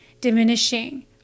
diminishing